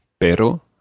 pero